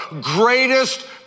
greatest